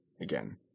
again